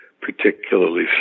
particularly